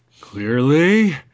Clearly